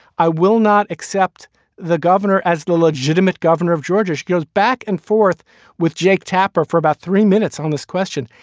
i will not accept the governor as the legitimate governor of georgia. she goes back and forth with jake tapper for about three minutes on this question.